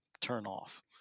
turn-off